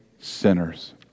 sinners